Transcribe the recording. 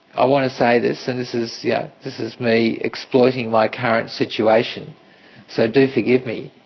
i want to say this and this is yeah this is me exploiting my current situation so do forgive me,